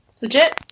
Legit